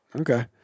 Okay